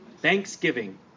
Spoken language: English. Thanksgiving